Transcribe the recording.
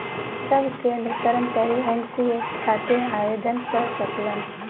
सब केंद्र कर्मचारी एन.पी.एस खातिर आवेदन कर सकलन